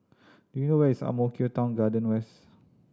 do you know where is Ang Mo Kio Town Garden West